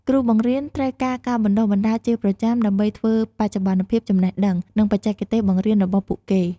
គ្រូបង្រៀនត្រូវការការបណ្តុះបណ្តាលជាប្រចាំដើម្បីធ្វើបច្ចុប្បន្នភាពចំណេះដឹង និងបច្ចេកទេសបង្រៀនរបស់ពួកគេ។